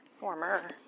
Warmer